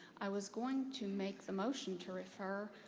i was going to make the motion to refer